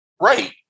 Right